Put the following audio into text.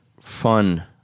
fun